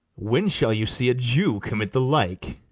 when shall you see a jew commit the like?